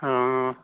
ꯑꯣ